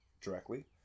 directly